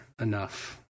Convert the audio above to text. enough